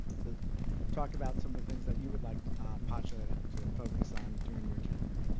to talk about some of the things that you would like pacha to focus on during your tenure.